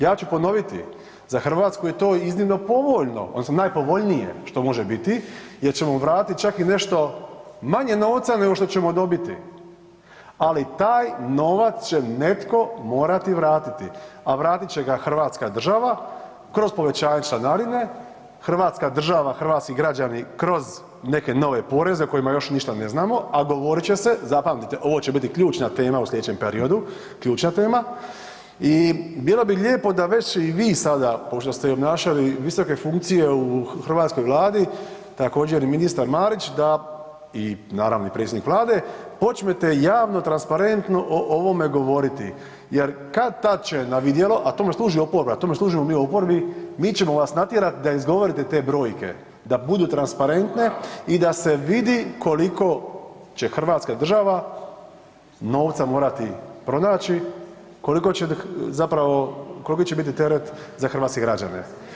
Ja ću ponoviti, za RH je to iznimno povoljno odnosno najpovoljnije što može biti jer ćemo vratit čak i nešto manje novca nego što ćemo dobiti, ali taj novac će netko morati vratiti, a vratit će ga hrvatska država kroz povećanje članarine, hrvatska država, hrvatski građani kroz neke nove poreze o kojima još ništa ne znamo, a govorit će se, zapamtite, ovo će biti ključna tema u slijedećem periodu, ključna tema i bilo bi lijepo da već i vi sada pošto ste i obnašali visoke funkcije u hrvatskoj vladi, također i ministar Marić da i naravno i predsjednik vlade, počnete javno transparentno o ovome govoriti jer kad-tad će na vidjelo, a tome služi oporba, tome služimo mi u oporbi, mi ćemo vas natjerat da izgovorite te brojke, da budu transparentne i da se vidi koliko će hrvatska država novca morati pronaći, koliko će zapravo, koliki će biti teret za hrvatske građane.